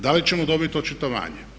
Da li ćemo dobiti očitovanje?